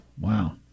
wow